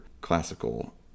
classical